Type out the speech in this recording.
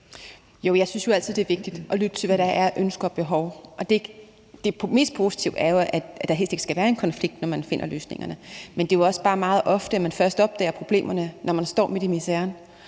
Jo, jeg synes jo altid det er vigtigt at lytte til, hvad der er af ønsker og behov. Det mest positive er jo, at der helst ikke skal være en konflikt, når man finder løsningerne. Men det er også bare meget ofte sådan, at man først opdager problemerne, når man står midt i miseren.